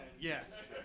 Yes